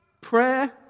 prayer